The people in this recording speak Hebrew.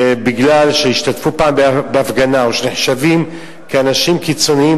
שהשתתפו פעם בהפגנה או שהם נחשבים לאנשים קיצוניים.